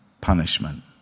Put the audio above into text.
punishment